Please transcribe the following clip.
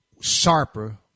sharper